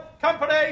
company